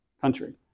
country